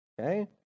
okay